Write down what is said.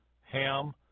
Ham